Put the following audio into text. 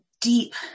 deep